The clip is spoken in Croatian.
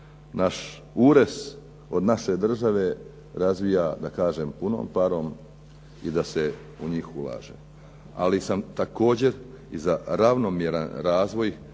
naš ures od naše države razvija da kažem punom parom i da se u njih ulaže ali sam također i za ravnomjeran razvoj